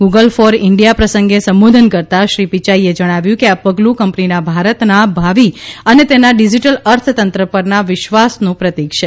Google for India પ્રસંગે સંબોધન કરતાં શ્રી પિયાઇએ જણાવ્યું કે આ પગલું કંપનીના ભારતના ભાવિ અને તેના ડિજિટલ અર્થતંત્ર પરના વિશ્વાસનું પ્રતીક છે